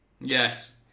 Yes